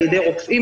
על ידי רופאים,